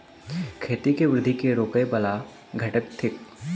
खेती केँ वृद्धि केँ रोकय वला घटक थिक?